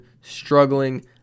struggling